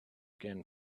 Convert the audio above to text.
again